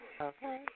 okay